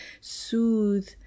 soothe